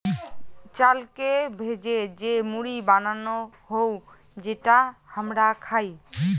চালকে ভেজে যে মুড়ি বানানো হউ যেটা হামরা খাই